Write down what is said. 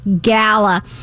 gala